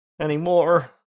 anymore